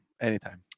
anytime